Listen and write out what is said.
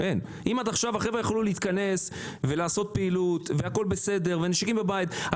אם עד עכשיו החבר'ה יכלו להתכנס ולעשות פעילות והכול בסדר והנשקים בבית,